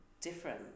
different